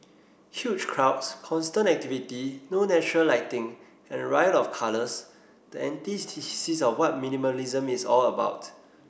huge crowds constant activity no natural lighting and a riot of colours the of what minimalism is all about